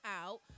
out